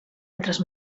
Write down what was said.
altres